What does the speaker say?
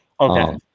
Okay